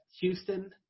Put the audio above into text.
Houston